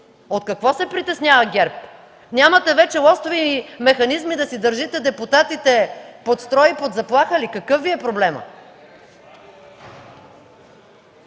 От какво се притеснява ГЕРБ? – Нямате вече лостови механизми да си държите депутатите под строй и под заплаха ли? Какъв Ви е проблемът?